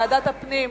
ועדת הפנים,